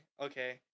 okay